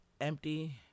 Empty